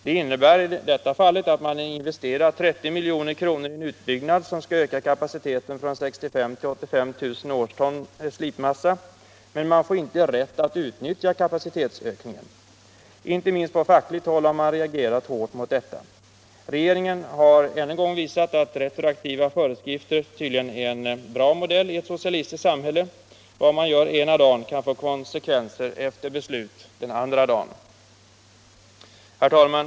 Det innebär i detta fall att man investerat 30 milj.kr. i en utbyggnad som skall öka kapaciteten från 65 000 till 85 000 årston slipmassa, men man får inte rätt att utnyttja kapacitetsökningen. Inte minst på fackligt håll har man reagerat hårt mot detta. Regeringen har än en gång visat att retroaktiva föreskrifter tydligen är en bra modell i ett socialistiskt samhälle. Vad man gör den ena dagen kan få konsekvenser efter beslut den andra dagen. Herr talman!